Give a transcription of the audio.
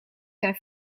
zijn